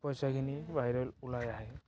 পইচাখিনি বাহিৰত ওলাই আহে